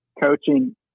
coaching